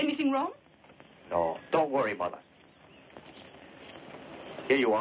anything wrong oh don't worry about y